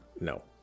No